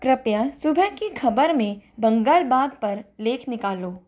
कृपया सुबह की ख़बर में बंगाल बाघ पर लेख निकालो